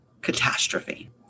catastrophe